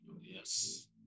Yes